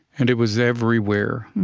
and it was everywhere.